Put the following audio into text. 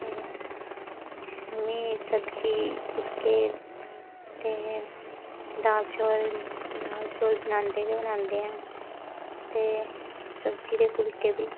शाम्मी सब्जी फुल्के ते दाल चौल दाल चौल बनांदे गै बनांदे हैन ते सब्जी ते फुल्के बी